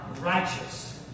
righteous